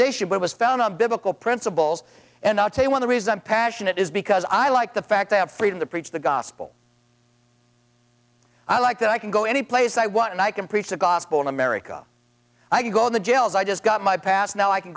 nation it was found on biblical principles and i'll tell you when the reason i'm passionate is because i like the fact i have freedom to preach the gospel i like that i can go any place i want and i can preach the gospel in america i can go in the jails i just got my pass now i can